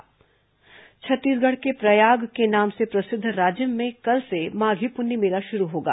राजिम पुन्नी मेला छत्तीसगढ़ के प्रयाग के नाम से प्रसिद्ध राजिम में कल से माधी पुन्नी मेला शुरू होगा